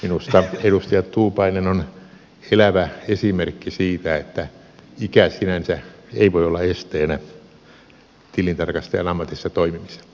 minusta edustaja tuupainen on elävä esimerkki siitä että ikä sinänsä ei voi olla esteenä tilintarkastajan ammatissa toimi t